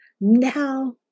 now